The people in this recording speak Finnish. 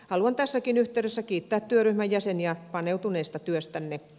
haluan tässäkin yhteydessä kiittää työryhmän jäseniä paneutuneesta työstänne